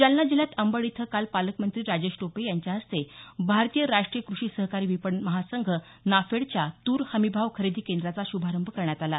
जालना जिल्ह्यात अंबड इथं काल पालकमंत्री राजेश टोपे यांच्या हस्ते भारतीय राष्टीय कृषी सहकारी विपणन महासंघ नाफेडच्या तूर हमीभाव खरेदी केंद्राचा शुभारंभ करण्यात आला